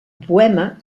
poema